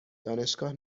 دانشگاه